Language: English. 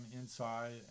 inside